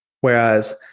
Whereas